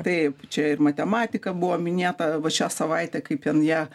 taip čia ir matematika buvo minėta vat šią savaitę kaip ten ją